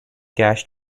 cash